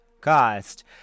cost